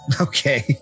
Okay